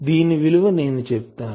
దీని విలువ నేను చెప్తాను